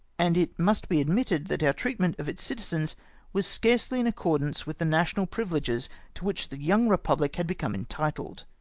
and it must be admitted that our treatment of its citizens was scarcely in accordance with the national privileges to which the young repubhc had become entitled.